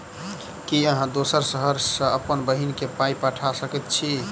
की अहाँ दोसर शहर सँ अप्पन बहिन केँ पाई पठा सकैत छी?